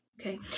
Okay